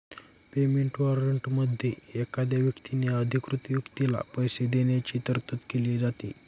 payment वॉरंटमध्ये एखाद्या व्यक्तीने अधिकृत व्यक्तीला पैसे देण्याची तरतूद केली जाते